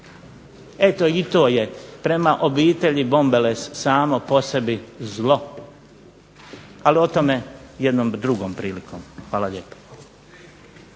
Eto i to je prema obitelji Bombeles samo po sebi zlo, ali o tome jednom drugom prilikom. Hvala lijepo.